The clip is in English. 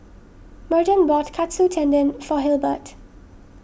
Merton bought Katsu Tendon for Hilbert